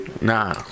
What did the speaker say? Nah